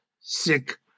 sick